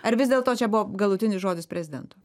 ar vis dėlto čia buvo galutinis žodis prezidento